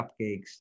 cupcakes